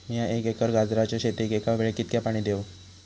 मीया एक एकर गाजराच्या शेतीक एका वेळेक कितक्या पाणी देव?